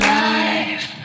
life